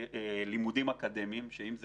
לימודים אקדמיים אם זה